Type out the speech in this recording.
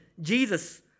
Jesus